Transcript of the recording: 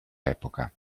epoca